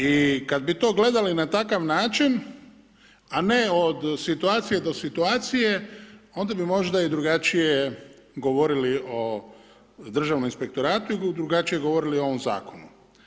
I kad bi to gledali na takav način, a ne od situacije do situacije, onda bi možda i drugačije govorili o državnom inspektoratu i drugačije govorili o ovom zakonu.